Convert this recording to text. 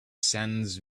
sands